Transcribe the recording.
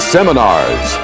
Seminars